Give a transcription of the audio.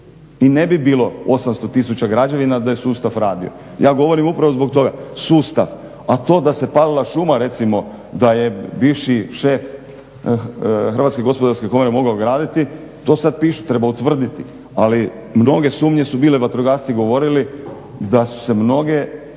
I ne bi bilo 800 000 građevina da je sustav radio. Ja govorim upravo zbog toga. Sustav, a to da se palila šuma recimo da je bivši šef Hrvatske gospodarske komore mogao graditi, to sad pišu, treba utvrditi ali mnoge sumnje su bile, vatrogasci govorili da su se mnoge